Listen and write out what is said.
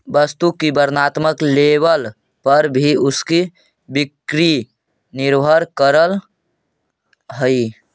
वस्तु की वर्णात्मक लेबल पर भी उसकी बिक्री निर्भर करअ हई